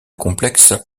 complexe